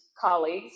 colleagues